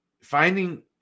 Finding